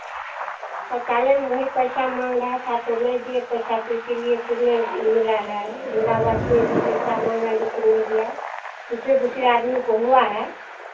शौचायल में बहुत पैसा माँग रहा था तो नहीं दिए पैसा तो इसीलिए तो नहीं मिला है इन्दिरावास में भी पैसा माँगा लेकिन नहीं दिया दूसरे दूसरे आदमी को हुआ है